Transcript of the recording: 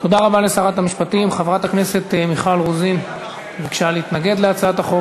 ויש סכנה של פצצה מתקתקת שעלולה לפגוע ולהביא